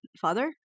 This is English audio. father